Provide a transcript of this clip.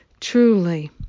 truly